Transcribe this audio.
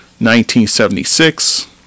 1976